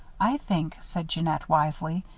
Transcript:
i think, said jeannette, wisely,